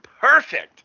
perfect